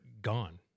gone